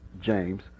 james